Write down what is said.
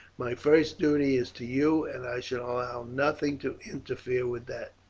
my first duty is to you, and i shall allow nothing to interfere with that.